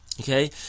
Okay